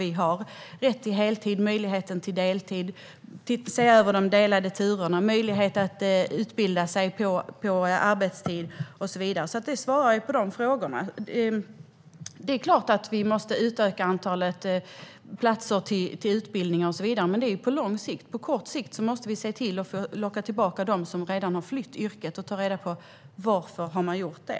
Det handlar om rätt till heltid, möjligheten till deltid, att se över de delade turerna, möjlighet att utbilda sig på arbetstid och så vidare. Det svarar på de frågorna. Det är klart att vi måste utöka antalet platser på utbildningar och så vidare. Men det är på lång sikt. På kort sikt måste vi se till att locka tillbaka dem som redan har flytt yrket och ta reda på varför de har gjort det.